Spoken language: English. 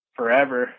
Forever